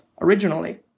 originally